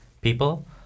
people